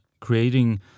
creating